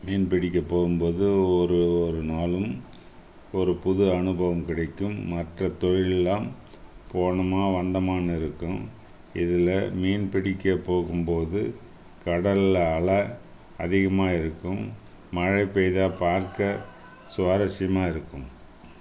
மீன் பிடிக்க போகும்போது ஒரு ஒரு நாளும் ஒரு புது அனுபவம் கிடைக்கும் மற்ற தொழில் எல்லாம் போனோமா வந்தோமான்னு இருக்கும் இதில் மீன் பிடிக்க போகும்போது கடலில் அலை அதிகமாக இருக்கும் மழை பெய்தால் பார்க்க சுவாரஸ்யமா இருக்கும்